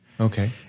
Okay